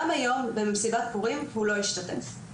גם היום, במסיבת פורים הוא לא השתתף.